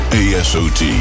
asot